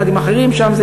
יחד עם אחרים שם,